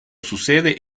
sucede